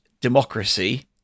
democracy